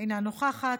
אינה נוכחת,